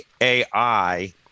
AI